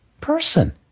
person